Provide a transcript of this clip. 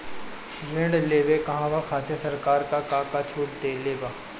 ऋण लेवे कहवा खातिर सरकार का का छूट देले बा?